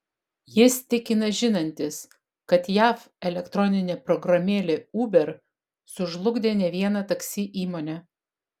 jis tikina žinantis kad jav elektroninė programėlė uber sužlugdė ne vieną taksi įmonę